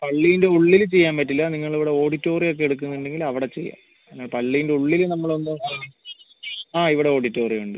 പള്ളീൻ്റെ ഉള്ളിൽ ചെയ്യാൻ പറ്റില്ല നിങ്ങൾ ഇവിടെ ഓഡിറ്റോറിയം ഒക്കെ എടുക്കുന്നുണ്ടെങ്കിൽ അവിടെ ചെയ്യാം അല്ലാതെ പള്ളീൻ്റെ ഉള്ളിൽ നമ്മളൊന്നും ആ ഇവിടെ ഓഡിറ്റോറിയം ഉണ്ട്